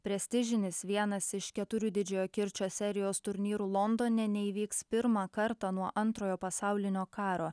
prestižinis vienas iš keturių didžiojo kirčio serijos turnyrų londone neįvyks pirmą kartą nuo antrojo pasaulinio karo